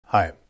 Hi